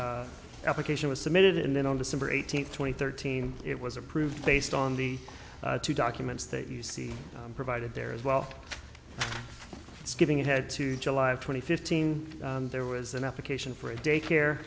the application was submitted and then on december eighteenth twenty thirteen it was approved based on the two documents that you see provided there as well as giving it had to july twenty fifteen there was an application for a day care